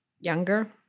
younger